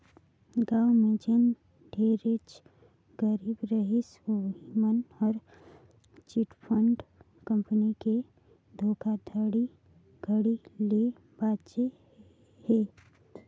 गाँव में जेन ढेरेच गरीब रहिस उहीं मन हर चिटफंड कंपनी के धोखाघड़ी ले बाचे हे